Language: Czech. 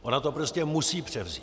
Ona to prostě musí převzít.